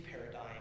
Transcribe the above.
paradigm